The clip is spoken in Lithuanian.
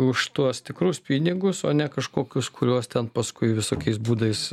už tuos tikrus pinigus o ne kažkokius kuriuos ten paskui visokiais būdais